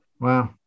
Wow